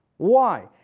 why?